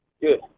Good